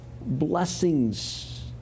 blessings